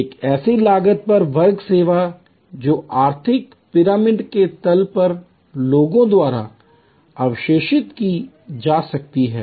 एक ऐसी लागत पर वर्ग सेवा जो आर्थिक पिरामिड के तल पर लोगों द्वारा अवशोषित की जा सकती है